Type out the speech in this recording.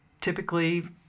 typically